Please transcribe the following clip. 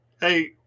hey